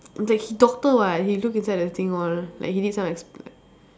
like he doctor [what] he look inside the thing all like he did some expe~